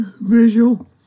visual